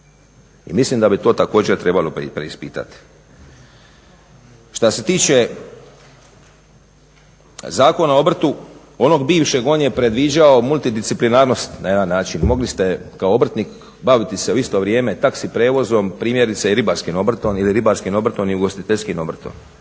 I mislim da bi to također trebalo preispitati. Što se tiče Zakona o obrtu onog bivšeg on je predviđao multidisciplinarnost na jedan način, mogli ste kao obrtnik baviti se u isto vrijeme taxi prijevozom primjerice i ribarskim obrtom ili ribarskim obrtom i ugostiteljskim obrtom.